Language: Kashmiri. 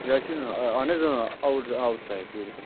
یہِ حظ چھُنہٕ آ اَہن حظ اۭں آوُٹ آوُٹ سایِڈ ٹیوٗرِسٹ